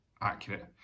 accurate